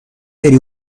بری